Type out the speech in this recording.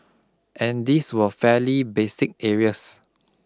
and these were fairly basic areas